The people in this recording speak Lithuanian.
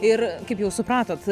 ir kaip jau supratot